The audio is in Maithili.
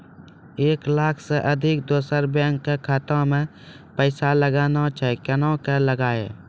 एक लाख से अधिक दोसर बैंक के खाता मे पैसा लगाना छै कोना के लगाए?